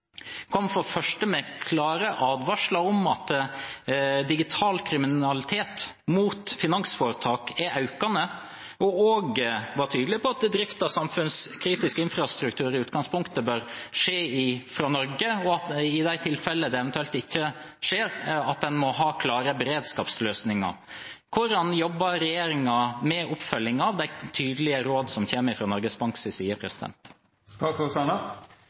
kom med klare advarsler om at digital kriminalitet mot finansforetak er økende. Man var også tydelig på at drift av samfunnskritisk infrastruktur i utgangspunktet bør skje fra Norge, og at man i de tilfellene det eventuelt ikke skjer, må ha klare beredskapsløsninger. Hvordan jobber regjeringen med oppfølgingen av de tydelige rådene som kommer fra Norges Banks side? Regjeringen jobber godt med alle gode råd som kommer – om det er fra Norges Bank,